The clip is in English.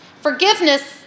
forgiveness